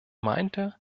meinte